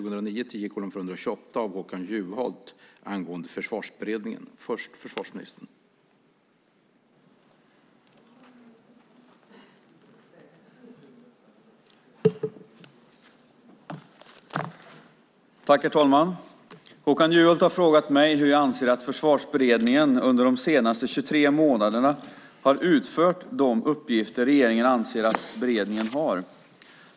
Herr talman! Håkan Juholt har frågat mig hur jag anser att Försvarsberedningen under de senaste 23 månaderna har utfört de uppgifter regeringen anser att beredningen har.